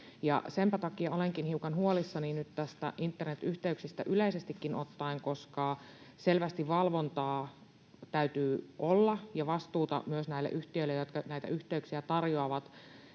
tarjoajat. Olenkin hiukan huolissani nyt internetyhteyksistä yleisestikin ottaen, koska selvästi valvontaa täytyy olla ja vastuuta myös näille yhtiöille, jotka näitä yhteyksiä tarjoavat,